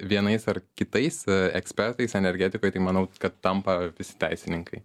vienais ar kitais ekspertais energetikoje tai manau kad tampa visi teisininkai